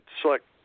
select